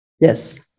Yes